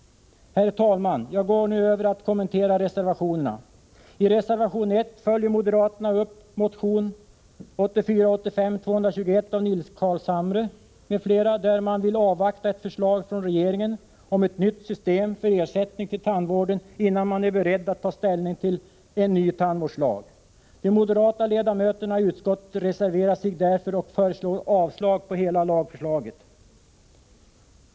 Herr talman! Jag går nu över till att kommentera reservationerna. system för ersättning till tandvården innan man är beredd att ta ställning till en ny tandvårdslag. De moderata ledamöterna i utskottet reserverar sig därför och föreslår avslag på hela lagförslaget.